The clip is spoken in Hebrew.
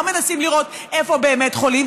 לא מנסים לראות איפה באמת חולים,